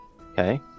Okay